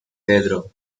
pedro